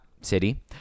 city